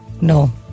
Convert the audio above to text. no